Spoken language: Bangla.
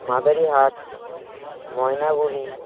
মাদারিহাট ময়নাগুড়ি